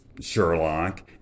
sherlock